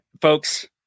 Folks